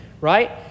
right